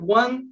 one